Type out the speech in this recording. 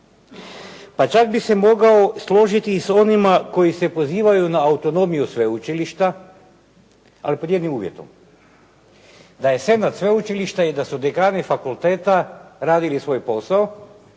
pa čak bi se mogao složiti i s onima koji se pozivaju na autonomiju sveučilišta, ali pod jednim uvjetom, da je … sveučilišta i da su dekani fakulteta radili svoj posao